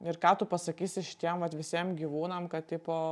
ir ką tu pasakysi šitiem vat visiem gyvūnam kad tipo